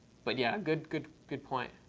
but yeah, good, good, good point.